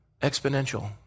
Exponential